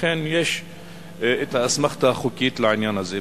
לכן, יש האסמכתה החוקית לעניין הזה.